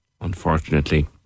unfortunately